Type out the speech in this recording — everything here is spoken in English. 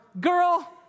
girl